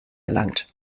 erlangt